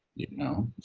you know?